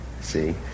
see